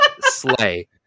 Slay